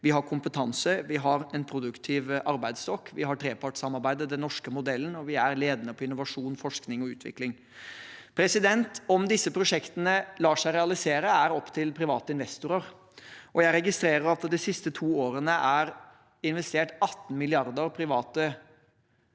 Vi har kompetanse, vi har en produktiv arbeidsstokk, vi har trepartssamarbeidet, den norske modellen, og vi er ledende på innovasjon, forskning og utvikling. Om disse prosjektene lar seg realisere, er opp til private investorer. Jeg registrerer at det de siste to årene er investert 18 mrd. kr i private penger